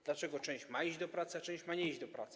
Dlaczego część ma iść do pracy, a część ma nie iść do pracy?